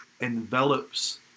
envelops